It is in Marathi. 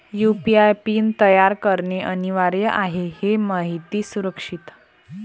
यू.पी.आय पिन तयार करणे अनिवार्य आहे हे माहिती सुरक्षित